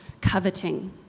coveting